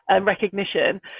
recognition